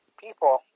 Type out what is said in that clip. people